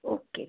okay